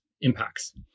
impacts